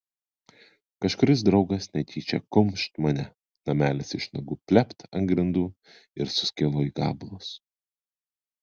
kažkuris draugas netyčią kumšt mane namelis iš nagų plept ant grindų ir suskilo į gabalus